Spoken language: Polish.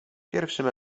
pierwszym